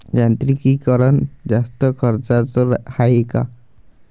यांत्रिकीकरण जास्त खर्चाचं हाये का?